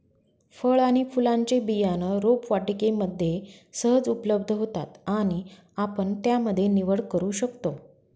फळ आणि फुलांचे बियाणं रोपवाटिकेमध्ये सहज उपलब्ध होतात आणि आपण त्यामध्ये निवड करू शकतो